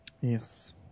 Yes